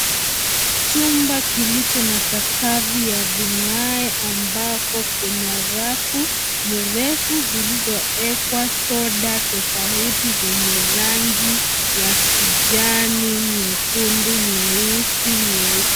Chumba kilicho na sakafu ya vigae, ambapo kuna rafu mrefu zilizoekwa soda tofauti zenye rangi ya kijani, nyekundu, nyeusi, nyeupe.